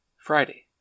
Friday